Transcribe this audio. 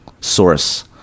source